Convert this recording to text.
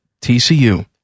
TCU